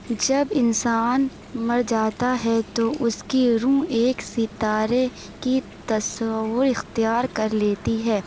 جب انسان مر جاتا ہے تو اس کی روح ایک ستارے کی تصّور اختیار کر لیتی ہے